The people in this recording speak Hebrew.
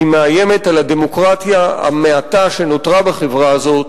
היא מאיימת על הדמוקרטיה המעטה שנותרה בחברה הזאת,